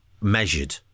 measured